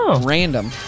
random